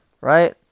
Right